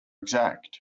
exact